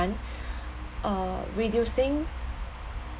uh reducing